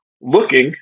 looking